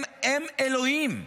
הם אלוהים.